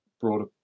broader